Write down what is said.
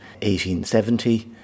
1870